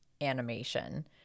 Animation